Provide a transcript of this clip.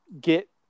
get